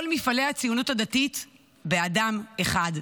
כל מפעלי הציונות הדתית באדם אחד,